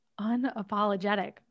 unapologetic